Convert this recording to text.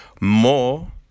more